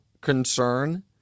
concern